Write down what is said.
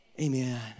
Amen